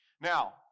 Now